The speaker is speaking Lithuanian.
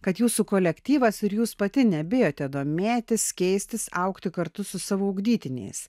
kad jūsų kolektyvas ir jūs pati nebijote domėtis keistis augti kartu su savo ugdytiniais